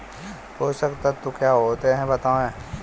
पोषक तत्व क्या होते हैं बताएँ?